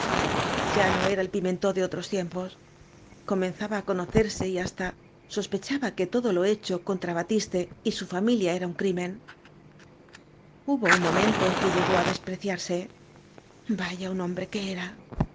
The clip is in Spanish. ya no el era pimentó de otros tiempos comenzaba á conocerse y hasta sospechaba que todo lo hecho contra batiste y su fami lia era un crimen hubo un momento en que llegó á despreciarse vaya un hombre que era